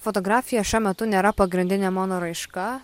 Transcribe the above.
fotografija šiuo metu nėra pagrindinė mano raiška